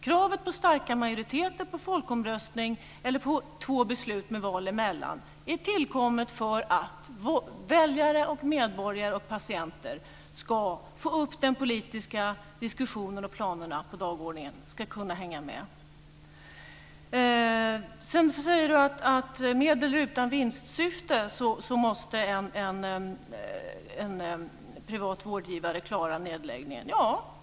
Kravet på starka majoriteter, på folkomröstning eller på två beslut med val emellan är tillkommet för att väljare, medborgare och patienter ska få upp den politiska diskussionen och planerna på dagordningen, för att de ska kunna hänga med. Chris Heister säger att med eller utan vinstsyfte måste en privat vårdgivare klara nedläggningen.